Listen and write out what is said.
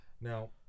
Now